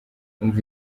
umva